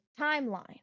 timeline